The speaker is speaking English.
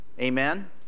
Amen